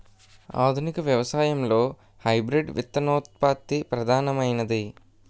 ఆధునిక వ్యవసాయంలో హైబ్రిడ్ విత్తనోత్పత్తి ప్రధానమైనది